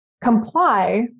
comply